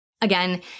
Again